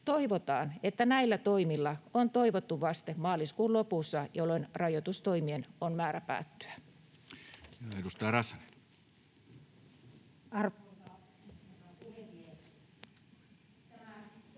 Toivotaan, että näillä toimilla on toivottu vaste maaliskuun lopussa, jolloin rajoitustoimien on määrä päättyä.